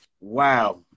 Wow